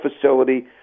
facility